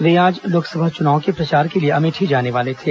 वे आज लोकसभा चुनाव के प्रचार के लिए अमेठी जाने वाले थे